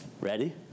Ready